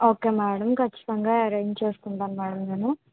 okay madam ఖచ్చితంగా arrange చేసుకుంటాను madam నేను